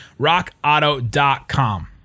Rockauto.com